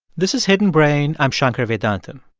this is hidden brain. i'm shankar vedantam.